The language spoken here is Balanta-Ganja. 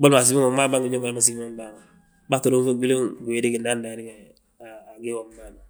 boli mo a siman boli mo wi ma wi bân gi ñób ma yaa siman bâa ma bâa tti ruŋ fuuŋ gwili giwédi gidaŋ a gii womim bâan ma.